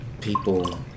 people